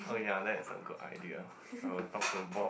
oh ya that's a good idea I will talk to Bob